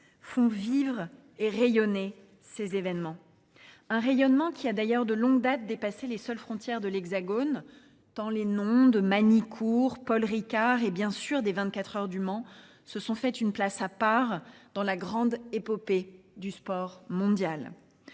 font vivre et rayonner ces événements. Un rayonnement qui a d'ailleurs de longue date dépassé les seules frontières de l'Hexagone, tant les noms de Manicourt, Paul Ricard et bien sûr des 24 heures du Mans se sont fait une place à part dans la grande épopée du sport mondial.